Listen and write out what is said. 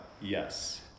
Yes